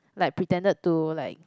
like pretended to like